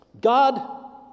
God